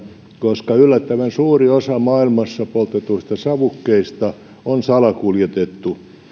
koska yllättävän suuri osa maailmassa poltetuista savukkeista on salakuljetettu